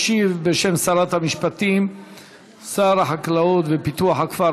ישיב בשם שרת המשפטים שר החקלאות ופיתוח הכפר,